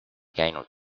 käinud